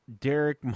Derek